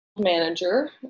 Manager